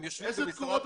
הם יושבים במקום כלשהו,